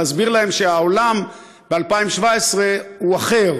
להסביר להם שהעולם ב-2017 הוא אחר,